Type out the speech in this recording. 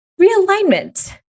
realignment